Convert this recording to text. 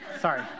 Sorry